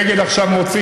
ואגד עכשיו מוציא,